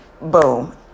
boom